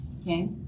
okay